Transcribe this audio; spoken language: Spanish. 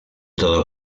todo